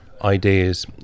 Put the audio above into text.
ideas